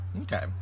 Okay